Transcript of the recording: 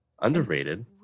Underrated